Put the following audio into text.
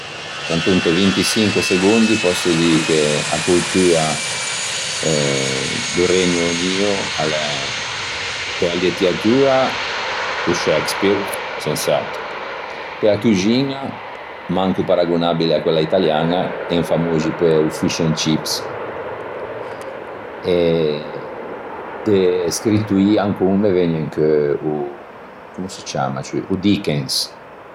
Alanto inte vintiçicoe segondi pòsso dî che a coltua eh do Regno Unio a l'é pe-a lettiatua o Shakespeare sens'atro, pe-a cuxiña, manco paragonabile à quella italiaña en famoxi pe-o fish and chips e de scrittoî me vëgne in cheu ancon comm'o se ciammaciù? O Dickens